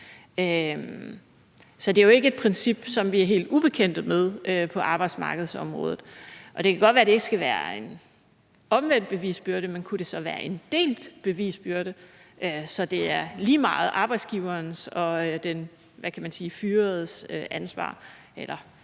Så det er jo ikke et princip, som vi er helt ubekendte med på arbejdsmarkedsområdet. Og det kan godt være, at det ikke skal være en omvendt bevisbyrde, men kunne det så være en delt bevisbyrde, så det er lige så meget arbejdsgiverens som den, hvad kan vi sige, fyredes ansvar eller